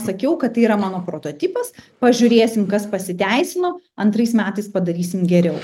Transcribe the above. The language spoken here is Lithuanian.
sakiau kad yra mano prototipas pažiūrėsim kas pasiteisino antrais metais padarysim geriau